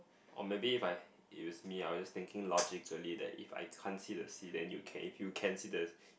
or maybe if I if it's me I will just thinking logically that if I can't see the sea then you can if you can see the